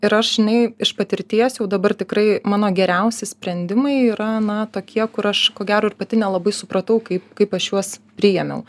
ir aš žinai iš patirties jau dabar tikrai mano geriausi sprendimai yra na tokie kur aš ko gero ir pati nelabai supratau kaip kaip aš juos priėmiau